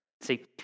See